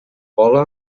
vola